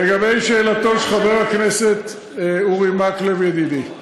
לגבי שאלתו של חבר הכנסת אורי מקלב ידידי,